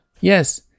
yes